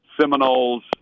Seminoles